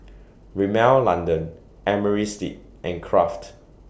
Rimmel London Amerisleep and Kraft